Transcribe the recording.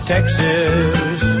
Texas